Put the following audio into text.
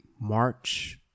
March